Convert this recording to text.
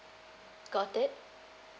got it